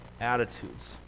attitudes